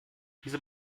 diese